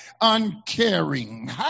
uncaring